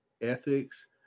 ethics